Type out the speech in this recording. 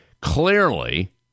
Clearly